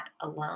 alone